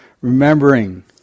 remembering